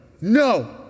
No